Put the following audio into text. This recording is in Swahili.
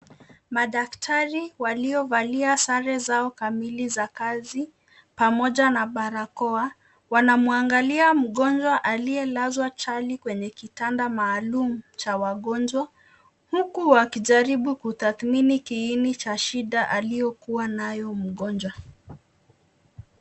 Madaktari waliovalia sare zao kamili za kazi pamoja na barakoa. Wanamwangalia mgonjwa aliye lazwa chali kwenye kitanda maalum cha wagonjwa huku wakijaribu ku tathmini kiini cha shida aliyokuwa nayo mgonjwa.